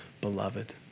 beloved